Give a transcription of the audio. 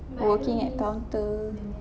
working at counter